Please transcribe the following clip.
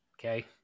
okay